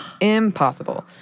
Impossible